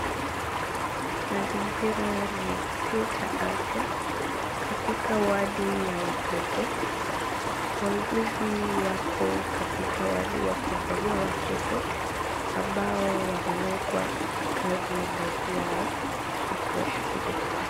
Mazingira ni ya kituo cha afya, katika wadi ya watoto. Wauguzi wako katika adi wakiangalia watoto, ambao wamewekwa katika vyumba vyao na kuwashughulikia.